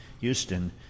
Houston